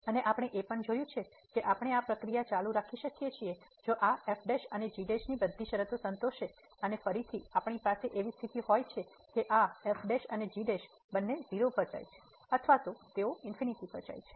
અને આપણે એ પણ જોયું છે કે આપણે આ પ્રક્રિયા ચાલુ રાખી શકીએ છીએ જો આ f અને g ની બધી શરતો સંતોષે અને ફરીથી આપણી પાસે એવી સ્થિતિ હોય છે કે આ f અને g બંને 0 પર જાય છે અથવા તેઓ ∞ પર જાય છે